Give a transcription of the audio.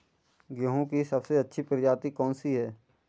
गेहूँ की सबसे अच्छी प्रजाति कौन सी है?